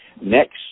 Next